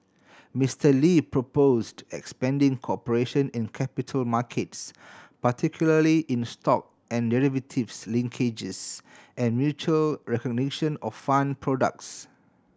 Mister Lee proposed expanding cooperation in capital markets particularly in stock and derivatives linkages and mutual recognition of fund products